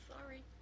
sorry